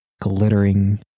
glittering